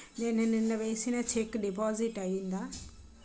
నేను నిన్న వేసిన చెక్ డిపాజిట్ అయిందా?